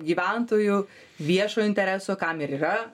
gyventojų viešo intereso kam ir yra